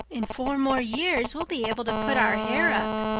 in four more years we'll be able to put our hair up,